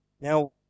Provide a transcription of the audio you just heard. Now